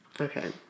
Okay